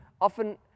often